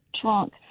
trunk